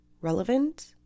relevant